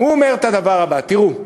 הוא אומר את הדבר הבא: תראו,